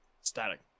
Static